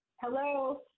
Hello